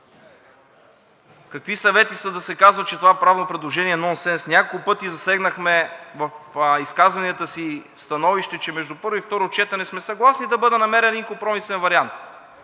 Какви съвети са да се казва, че това правно предложение е нонсенс? Няколко пъти в изказванията си засегнахме становище, че между първо и второ четене сме съгласни да бъде намерен един компромисен вариант.